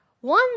one